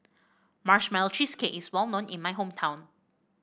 Marshmallow Cheesecake is well known in my hometown